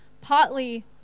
partly